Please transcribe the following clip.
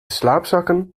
slaapzakken